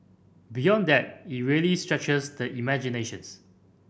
beyond that it really stretches the imaginations